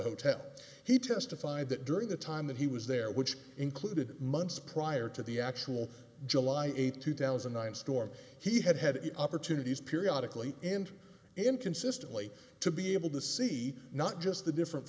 hotel he testified that during the time that he was there which included months prior to the actual july eighth two thousand and nine storm he had had opportunities periodically and inconsistently to be able to see not just the different